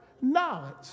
knowledge